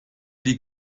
die